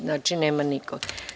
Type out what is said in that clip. Znači, nema niko.